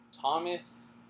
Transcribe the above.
Thomas